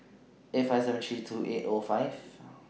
eight five seven three two eight O five